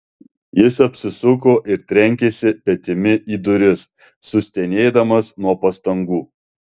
jis apsisuko ir trenkėsi petimi į duris sustenėdamas nuo pastangų